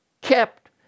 kept